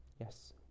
yes